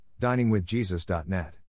diningwithjesus.net